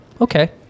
okay